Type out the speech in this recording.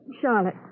Charlotte